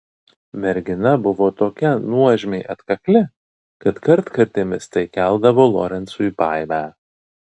mergina buvo tokia nuožmiai atkakli kad kartkartėmis tai keldavo lorencui baimę